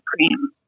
Supreme